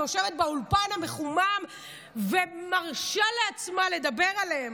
היא יושבת באולפן המחומם ומרשה לעצמה לדבר עליהם.